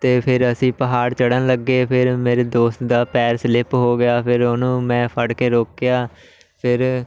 ਅਤੇ ਫਿਰ ਅਸੀਂ ਪਹਾੜ ਚੜਨ ਲੱਗੇ ਫਿਰ ਮੇਰੇ ਦੋਸਤ ਦਾ ਪੈਰ ਸਲਿੱਪ ਹੋ ਗਿਆ ਫਿਰ ਉਹਨੂੰ ਮੈਂ ਫੜ ਕੇ ਰੋਕਿਆ ਫਿਰ